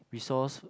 resource